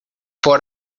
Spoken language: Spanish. por